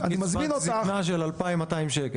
קצבת זקנה של 2,200 ₪.